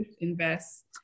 Invest